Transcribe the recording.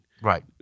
Right